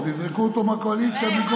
עוד יזרקו אותו מהקואליציה.